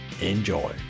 enjoy